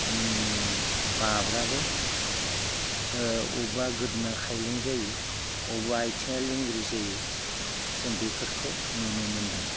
बाब्राबो अब्बा गोदोना खायलें जायो अब्बा आथिंया लिंग्रि जायो जों बेफोरखौ नुनो मोन्दों